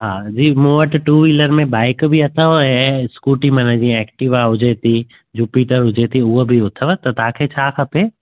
हा जी मूं वटि व्हीलर में बाइक बि अथव ऐं स्कूटी मन जीअं एक्टिवा हुजे थी जुपिटर हुजे थी हूअ बि अथव त तव्हांखे छा खपे